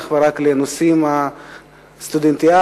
אך ורק לנושאים הסטודנטיאליים,